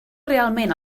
realment